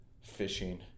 fishing